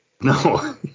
No